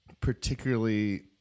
particularly